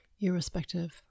irrespective